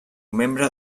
membre